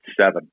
seven